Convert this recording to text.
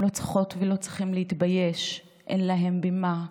הם לא צריכות ולא צריכים להתבייש, אין להם במה.